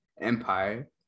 Empire